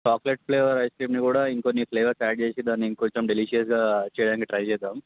chocolate flavour ice క్రీమ్ని కూడా ఇంకొన్ని ఫ్లేవర్స్ యాడ్ చేసి దాన్ని ఇంకొంచెం డెలీషియస్గా చేయడానికి ట్రై చేద్దాం